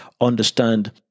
understand